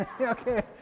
okay